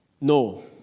No